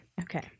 Okay